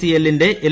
C എല്ലിന്റെ L